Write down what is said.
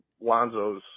Lonzo's